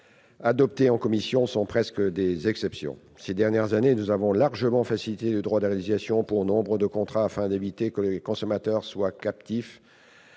adopté en commission sont presque des exceptions. Ces dernières années, nous avons largement facilité le droit de résiliation de nombre de contrats, afin d'éviter que les consommateurs soient captifs